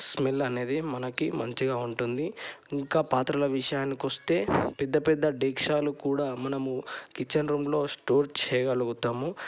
smell అనేది మనకు మంచిగా ఉంటుంది ఇంకా పాత్రల విషయానికొస్తే పెద్ద పెద్ద డేక్షాలు కూడా మనము కిచెన్ రూంలో స్టోర్ చేయగలుగుతాము